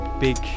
big